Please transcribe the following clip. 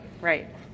right